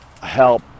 help